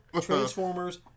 Transformers